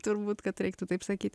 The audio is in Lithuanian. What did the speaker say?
turbūt kad reiktų taip sakyt